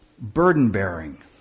Burden-bearing